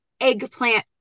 eggplant